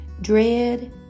Dread